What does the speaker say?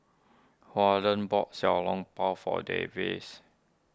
Wardell bought Xiao Long Bao for Davies